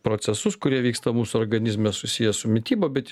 procesus kurie vyksta mūsų organizme susiję su mityba bet